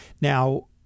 Now